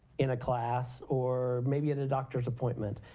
in a class, or maybe at a doctor's appointment.